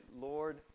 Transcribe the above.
Lord